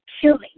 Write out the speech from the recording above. killing